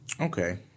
Okay